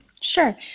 Sure